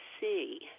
see